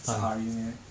是 ahri meh